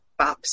Bops